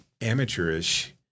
amateurish